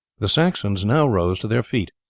the saxons now rose to their feet.